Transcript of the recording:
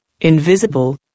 invisible